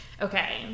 Okay